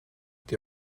die